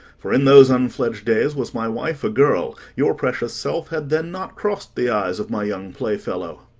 for in those unfledg'd days was my wife a girl your precious self had then not cross'd the eyes of my young play-fellow.